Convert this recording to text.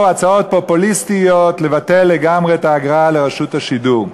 הצעות פופוליסטיות לבטל לגמרי את האגרה לרשות השידור,